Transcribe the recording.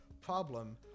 Problem